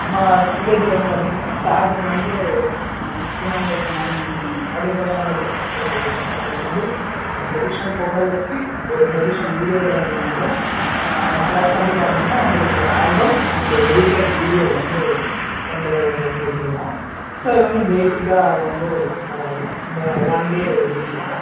நம்ம பேக்கேஜ்ஜி வந்து பார்த்தீங்கனா ஸ்டார்டிங் வந்து thirty nine thousand nine ninety nine forty thousand ஒட பேஸிக் ரேட்டு இது இருக்குது சார் அதில் வந்து ஒரு ட்ரெடிஷ்னல் ஃபோட்டோகிராபி ஒரு ட்ரெடிஷ்னல் வீடியோகிராபி வந்துடும் ப்ளஸ் வந்து பார்த்தீங்கனா உங்களுக்கு ஆல்பம் அண்டு எடிட்டர் வீடியோ வந்து பென்ட்ரைவில் போட்டு கொடுத்துருவோம் சார் அது வந்து பேஸிக்கா வந்து கவர் ஆகிடும் இந்த ஒன் டே வெட்டிங்க்கு வரும்